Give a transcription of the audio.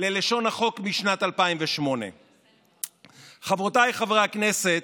מלשון החוק משנת 2008. חברותיי חברי הכנסת,